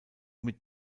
mit